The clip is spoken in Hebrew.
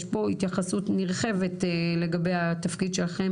יש פה התייחסות נרחבת לגבי התפקיד שלכם